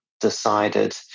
decided